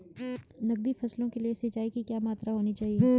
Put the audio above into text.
नकदी फसलों के लिए सिंचाई की क्या मात्रा होनी चाहिए?